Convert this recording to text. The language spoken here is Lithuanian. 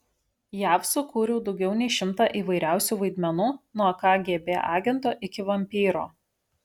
jav sukūriau daugiau nei šimtą įvairiausių vaidmenų nuo kgb agento iki vampyro